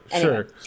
sure